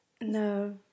No